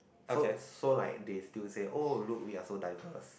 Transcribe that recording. so so like they still say oh look we are so diverse